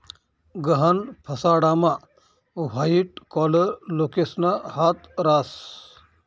गहाण फसाडामा white collar लोकेसना हात रास